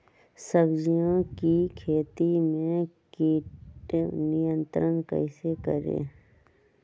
सब्जियों की खेती में कीट नियंत्रण कैसे करें?